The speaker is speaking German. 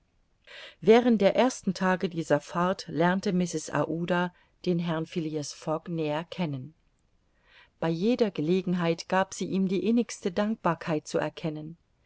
während der ersten tage dieser fahrt lernte mrs aouda den herrn phileas fogg näher kennen bei jeder gelegenheit gab sie ihm die innigste dankbarkeit zu erkennen